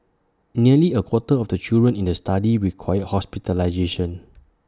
nearly A quarter of the children in the study required hospitalisation